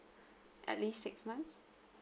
at least six months